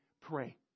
pray